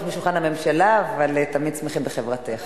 סביב שולחן הממשלה אבל תמיד שמחים בחברתך.